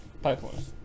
Pipeline